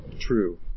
true